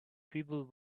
people